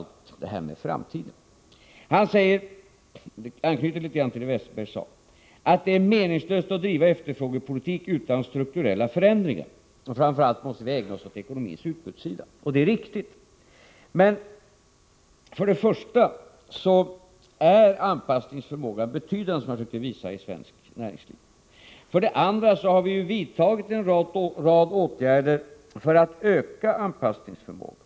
Han anknyter litet grand till Bengt Westerberg och säger, att det 61 politiken på medellång sikt är meningslöst att driva efterfrågepolitik utan strukturella förändringar. Framför allt måste vi ägna oss åt ekonomins utbudssida. Det är riktigt, men för det första är anpassningsförmågan i svenskt näringsliv betydande, som jag försökte visa, och för det andra har vi vidtagit en rad åtgärder för att öka anpassningsförmågan.